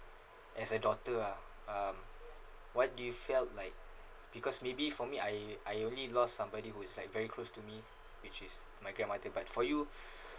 as a daughter ah um what do you felt like because maybe for me I I only lost somebody who is like very close to me which is my grandmother but for you